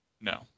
No